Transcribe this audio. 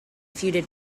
feuded